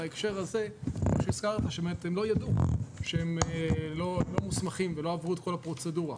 הם לא ידעו שהם לא מוסמכים ולא עברו את כל הפרוצדורה.